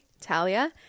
Talia